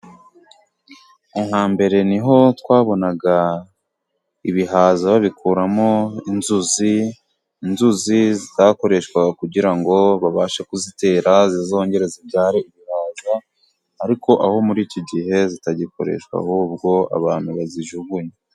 Hambere ni ho twabonaga ibihaza babikuramo inzuzi. Inzuzi zakoreshwaga kugira ngo babashe kuzitera zizongere zibyare ibihaza, ariko aho muri iki gihe zitagikoreshwa ahubwo abantu bazijugunya.